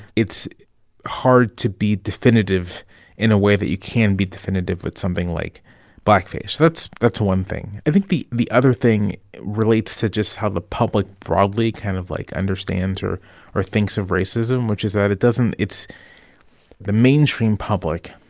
it's hard to be definitive in a way that you can be definitive with something like blackface. so that's one thing i think the the other thing relates to just how the public broadly kind of, like, understands or or thinks of racism, which is that it doesn't the mainstream public,